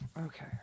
Okay